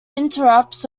interrupts